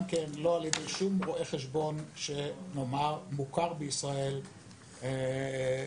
לא על-ידי רואה חשבון מוכר בישראל ציבורית,